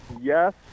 Yes